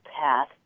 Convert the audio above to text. path